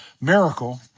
miracle